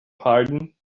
pardon